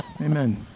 Amen